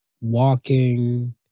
walking